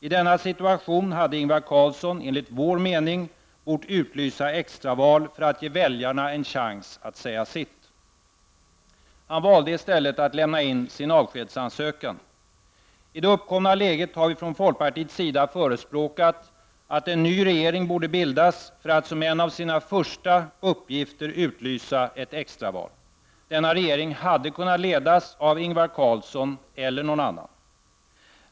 I denna situation hade Ingvar Carlsson enligt vår mening bort utlysa extra val för att ge väljarna en chans att säga sitt. Han valde i stället att lämna in sin avskedsansökan. I det uppkomna läget har vi från folkpartiets sida förespråkat att en ny regering borde bildas för att som en av sina första uppgifter utlysa ett extra val. Denna regering hade kunnat ledas av Ingvar Carlsson eller någon annan.